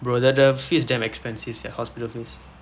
bro the fees damn expensive sia hospital fees